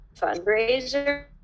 fundraiser